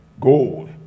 Gold